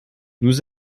nous